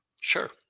sure